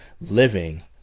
Living